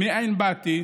מאין באתי